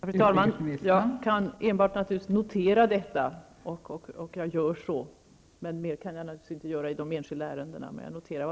Fru talman! Jag kan enbart notera detta. Mer kan jag inte göra i de enskilda ärendena.